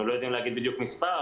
אנחנו לא יודעים להגיד בדיוק מספר,